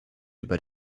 über